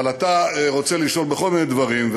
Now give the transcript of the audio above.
אבל אתה רוצה לשאול בכל מיני דברים,